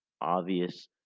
obvious